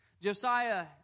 Josiah